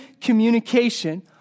communication